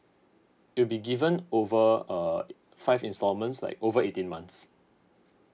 it be given over err five instalments like over eighteen months